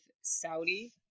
Saudi